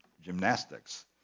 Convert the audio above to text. gymnastics